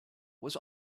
was